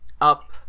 up